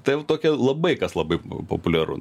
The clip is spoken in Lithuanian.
tai tokia labai kas labai populiaru